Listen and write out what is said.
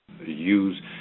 use